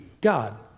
God